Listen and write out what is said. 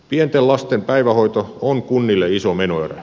pienten lasten päivähoito on kunnille iso menoerä